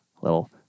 little